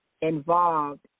involved